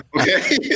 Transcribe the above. Okay